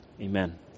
Amen